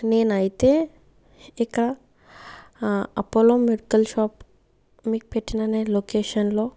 నేనైతే ఇక Apollo medical shop మీకు పెట్టిన నేను లొకేషన్ లో